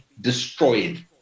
destroyed